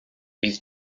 bydd